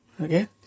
okay